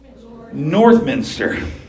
Northminster